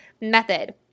method